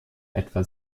etwa